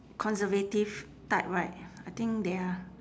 conservative type right I think they are